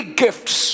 gifts